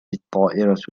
الطائرة